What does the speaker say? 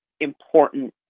important